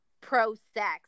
pro-sex